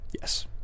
Yes